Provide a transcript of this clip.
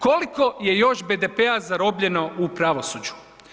Koliko je još BDP-a zarobljeno u pravosuđu?